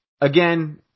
again